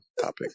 topic